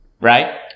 Right